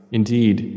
indeed